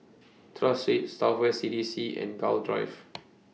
Tras Street South West C D C and Gul Drive